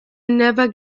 never